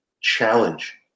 challenge